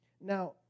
Now